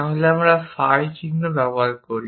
তাহলে আমরা ফাই চিহ্ন ব্যবহার করি